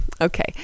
Okay